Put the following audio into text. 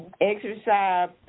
exercise